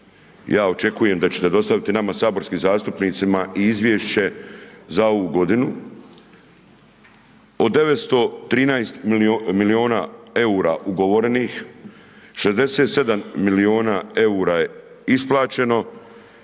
ja očekujem da ćete dostaviti nama, saborskim zastupnicima i izvješće za ovu godinu od 913 miliona EUR-a ugovorenih, 67 miliona EUR-a je isplaćeno,